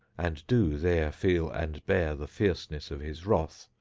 and do there feel and bear the fierceness of his wrath.